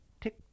Tick